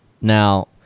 Now